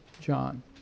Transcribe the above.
John